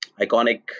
iconic